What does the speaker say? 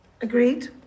agreed